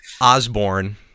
Osborne